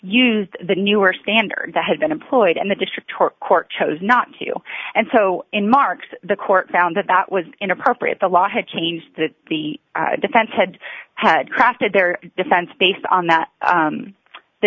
used the newer standard that had been employed and the district court chose not to and so in marks the court found that that was inappropriate the law had changed that the defense had had crafted their defense based on that